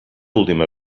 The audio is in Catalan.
última